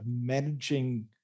managing